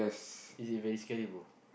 is it very scary bro